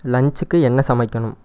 லன்ச்க்கு என்ன சமைக்கணும்